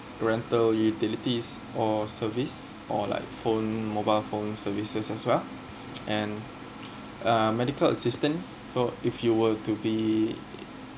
rental utilities or service or like phone mobile phone services as well and uh medical assistance so if you were to be